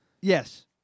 Yes